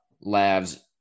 Labs